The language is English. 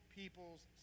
people's